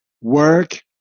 work